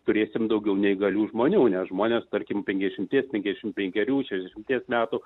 turėsime daugiau neįgalių žmonių nes žmonės tarkim penkiasdešimties penkiasdešim penkerių šešiasdešimties metų